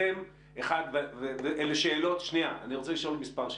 אני רוצה לשאול מספר שאלות.